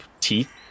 teeth